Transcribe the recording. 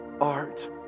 art